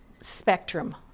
spectrum